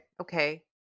Okay